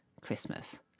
Christmas